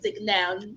now